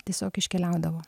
tiesiog iškeliaudavo